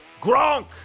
Gronk